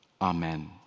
amen